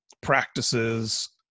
practices